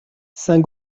saint